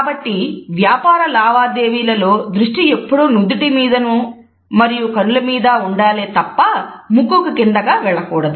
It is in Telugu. కాబట్టి వ్యాపారలావాదేవీల లో దృష్టి ఎప్పుడూ నుదుటి మీద మరియు కనుల మీద ఉండాలే తప్ప ముక్కు కు కిందగా వెళ్ళకూడదు